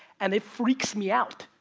and it freaks me out.